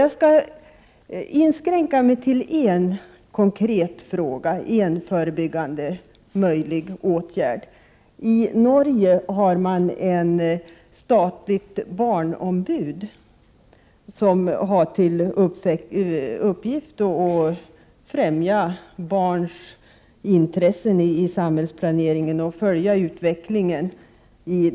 Jag skall inskränka mitt anförande till en konkret fråga som gäller en förebyggande åtgärd. I Norge har man ett statligt barnombud som har till uppgift att främja barns intressen i samhällsplaneringen och att följa utvecklingen.